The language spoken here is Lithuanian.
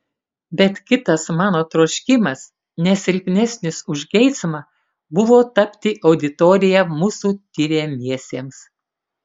bet kitas mano troškimas ne silpnesnis už geismą buvo tapti auditorija mūsų tiriamiesiems